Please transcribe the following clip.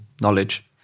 knowledge